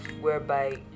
whereby